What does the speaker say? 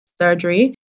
surgery